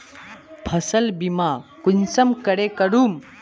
फसल बीमा कुंसम करे करूम?